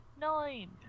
Nine